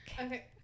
okay